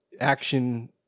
action